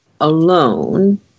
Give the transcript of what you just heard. alone